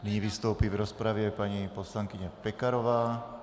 Nyní vystoupí v rozpravě paní poslankyně Pekarová.